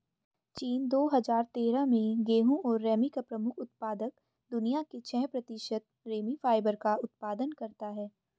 चीन, दो हजार तेरह में गेहूं और रेमी का प्रमुख उत्पादक, दुनिया के छह प्रतिशत रेमी फाइबर का उत्पादन करता है